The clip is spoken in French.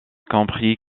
comprit